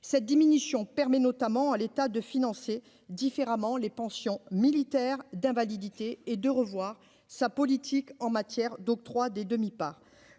cette diminution permet notamment à l'État de financer différemment les pensions militaires d'invalidité et de revoir sa politique en matière d'octroi des demi-parts,